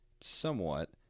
somewhat